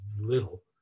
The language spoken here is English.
little